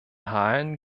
halen